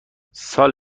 سال